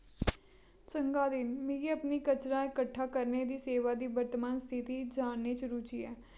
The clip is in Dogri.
चंगा दिन मिगी अपनी कचरा कट्ठा करने दे सेवा दी वर्तमान स्थिति जानने च रुची ऐ